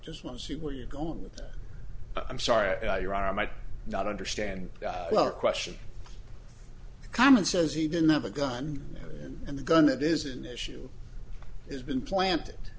just want to see where you're going with that i'm sorry your honor might not understand or question common says he didn't have a gun and the gun that is an issue has been planted